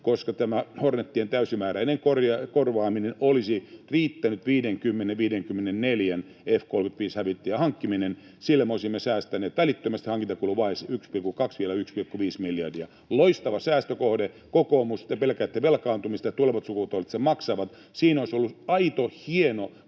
koska Hornetien täysimääräiseen korvaamiseen olisi riittänyt 50—54 F-35-hävittäjän hankkiminen. Sillä me olisimme säästäneet välittömästi hankintakuluvaiheessa 1,2—1,5 miljardia. Loistava säästökohde. Kokoomus, te pelkäätte velkaantumista ja tulevat sukupolvet sen maksavat: tässä olisi aito, hieno